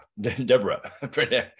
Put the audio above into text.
Deborah